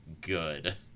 good